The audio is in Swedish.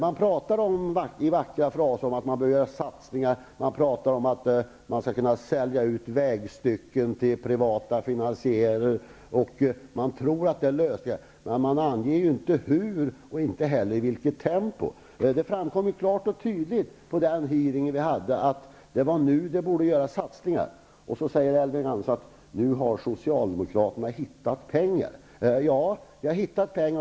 Man talar i vackra fraser om att man behöver göra satsningar och om att man skall sälja ut vägsträckor till privata finansiärer, vilket man tror är en lösning, men man anger inte hur och inte heller i vilket tempo. Det framkom klart och tydligt på den hearing som vi genomförde att det är nu som satsningar borde göras. Då säger Elving Andersson att socialdemokraterna nu har hittat pengar.